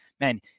man